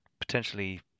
potentially